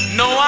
no